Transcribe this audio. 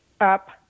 up